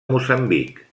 moçambic